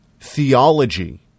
theology